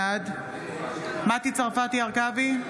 בעד מטי צרפתי הרכבי,